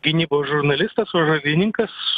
gynybos žurnalistas apžvalgininkas